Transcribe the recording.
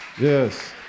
Yes